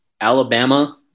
alabama